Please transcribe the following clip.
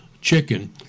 chicken